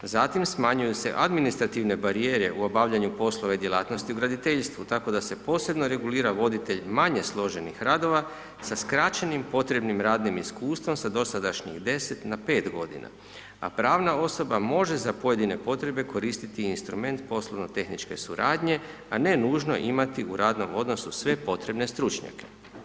Zatim, smanjuju se administrativne barijere u obavljanju poslova i djelatnosti u graditeljstvu tako da se posebno regulira voditelj manje složenih radova sa skraćenim potrebnim radnim iskustvom sa dosadašnjih 10 na 5 godina a pravna osoba može za pojedine potrebe koristiti instrument poslovno tehničke suradnje a ne nužno imati u radnom odnosu sve potrebne stručnjake.